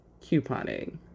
couponing